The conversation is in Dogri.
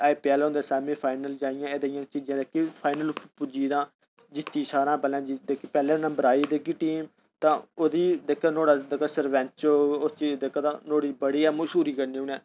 आई पी एल होंदे सेमीफाइनल जां इ'यां के फाइनल पुज्जी गेदा आं' जित्ती सारें शा पैहले नम्बर आई जेह्डी टीम औह्दी जेह्का नुहाडा सरपंच होग नुहाड़ी बड़ी गै मश्हूरी करनी उं'नें